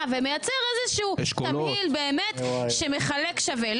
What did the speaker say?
ומייצר איזשהו תמהיל באמת שמחלק שווה.